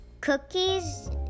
cookies